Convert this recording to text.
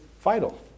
vital